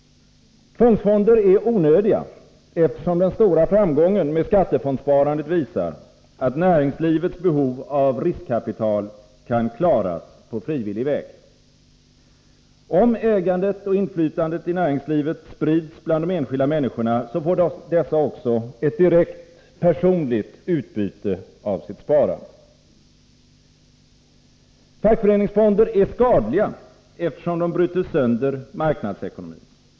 Tvångsfonder är onödiga, eftersom den stora framgången med skattefondssparandet visar att näringslivets behov av riskkapital kan klaras på frivillig väg. Om ägandet och inflytandet i näringslivet sprids bland de enskilda människorna, får dessa också ett direkt personligt utbyte av sitt sparande. Fackföreningsfonder är skadliga, eftersom de bryter sönder marknadsekonomin.